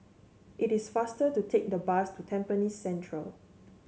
it is faster to take the bus to Tampines Central